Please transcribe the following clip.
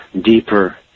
deeper